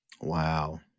Wow